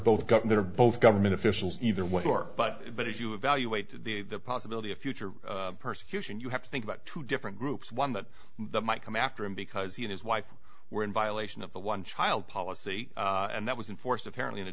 they're both government officials either way sure but but if you evaluate the possibility of future persecution you have to think about two different groups one that might come after him because he and his wife were in violation of the one child policy and that was in force apparently in a